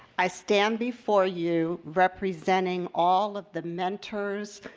i stand before you representing all of the mentors,